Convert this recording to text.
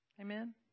Amen